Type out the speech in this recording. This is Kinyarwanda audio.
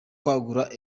kwagura